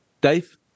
Dave